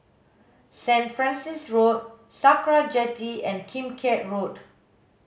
Saint Francis Road Sakra Jetty and Kim Keat Road